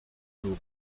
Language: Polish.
lubi